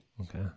Okay